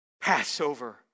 Passover